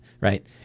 right